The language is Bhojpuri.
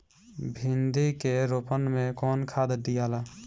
भिंदी के रोपन मे कौन खाद दियाला?